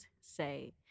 say